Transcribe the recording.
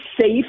safe